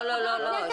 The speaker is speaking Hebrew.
לא, לא, לא, שנייה.